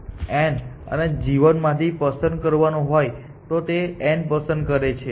તેથી જો A આ બે નોડ્સ n અને g 1 માંથી પસંદ કરવાનું હોય તોતે n પસંદ કરે છે